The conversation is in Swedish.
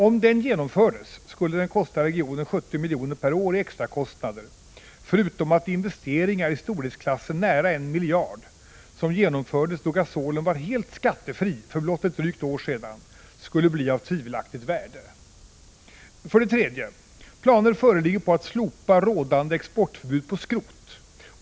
Om den genomfördes skulle den kosta regionen 70 miljoner per år i extra kostnader, förutom att investeringar i storleksklassen nära 1 miljard — som genomfördes då gasolen var helt skattefri för blott ett drygt år sedan — skulle bli av tvivelaktigt värde. 3. Planer föreligger på att slopa rådande exportförbud på skrot.